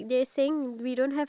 what